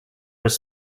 was